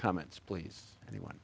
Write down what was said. comments please anyone